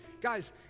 guys